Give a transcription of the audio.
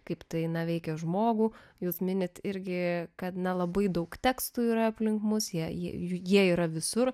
kaip tai veikia žmogų jūs minite irgi kad nelabai daug tekstų yra aplink mus jei jie yra visur